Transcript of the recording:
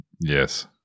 Yes